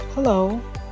Hello